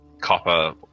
copper